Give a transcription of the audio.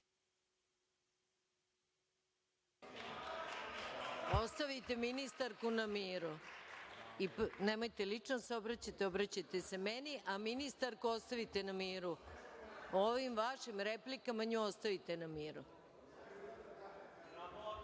Ostavite ministarku na miru. Nemojte lično da se obraćate, obraćajte se meni, a ministarku ostavite na miru. Ovim vašim replikama nju ostavite na miru. Dajem